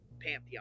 Pantheon